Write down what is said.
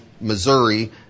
Missouri